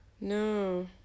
No